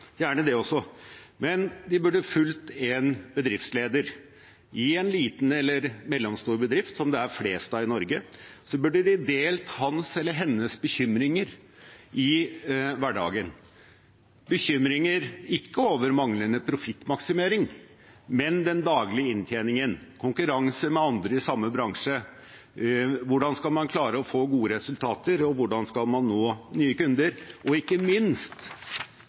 gjerne det også – men de burde fulgt en bedriftsleder i en liten eller mellomstor bedrift, som det er flest av i Norge. De burde delt hans eller hennes bekymringer i hverdagen – bekymringer ikke over manglende profittmaksimering, men over den daglige inntjeningen, over konkurransen med andre i samme bransje, over hvordan man skal klare å få gode resultater, hvordan man skal nå nye kunder, og ikke minst